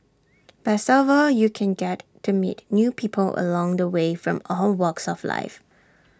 best of all you can get to meet new people along the way from all walks of life